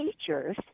teachers